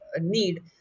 need